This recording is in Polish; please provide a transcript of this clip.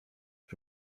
czy